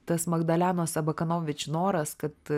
tas magdalenos abakanovič noras kad